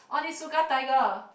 Onitsuka Tiger